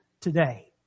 today